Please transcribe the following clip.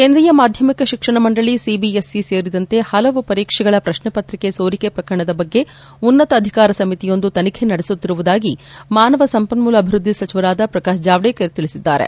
ಕೇಂದ್ರಿಯ ಮಾಧ್ಯಮಿಕ ಶಿಕ್ಷಣ ಮಂಡಳಿ ಸಿಬಿಎಸ್ಇ ಸೇರಿದಂತೆ ಪಲವು ಪರೀಕ್ಷೆಗಳ ಪ್ರಶ್ನಪತ್ರಿಕೆ ಸೋರಿಕೆ ಪ್ರಕರಣದ ಬಗ್ಗೆ ಉನ್ನತ ಅಧಿಕಾರ ಸಮಿತಿಯೊಂದು ತನಿಖೆ ನಡೆಸುತ್ತಿರುವುದಾಗಿ ಮಾನವ ಸಂಪನ್ನೂಲ ಅಭಿವೃದ್ಧಿ ಸಚಿವರಾದ ಪ್ರಕಾಶ್ ಜಾವಡೇಕರ್ ತಿಳಿಸಿದ್ದಾರೆ